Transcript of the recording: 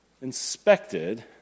inspected